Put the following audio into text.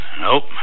Nope